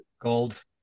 Gold